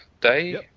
day